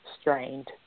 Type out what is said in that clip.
strained